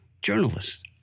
journalists